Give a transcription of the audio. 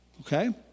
okay